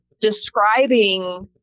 describing